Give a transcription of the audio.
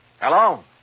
Hello